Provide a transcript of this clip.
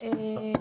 אני